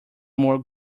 more